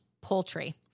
poultry